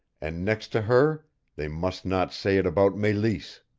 and next to her they must not say it about meleese.